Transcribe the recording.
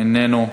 איננו,